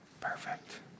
Perfect